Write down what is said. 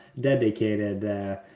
dedicated